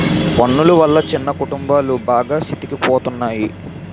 పన్నులు వల్ల చిన్న కుటుంబాలు బాగా సితికిపోతున్నాయి